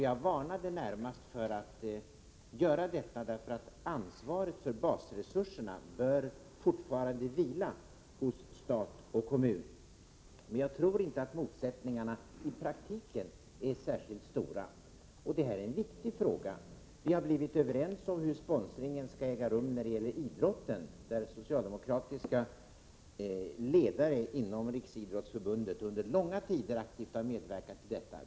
Jag varnade närmast för att göra detta, eftersom ansvaret för basresurserna fortfarande bör ligga på stat och kommun. Jag tror inte att motsättningarna i praktiken är särskilt stora, och detta är en viktig fråga. Vi har blivit överens om hur sponsringen skall äga rum när det gäller idrotten. Socialdemokratiska ledare inom riksidrottsförbundet har under långa tider aktivt medverkat till detta.